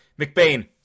McBain